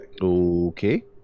Okay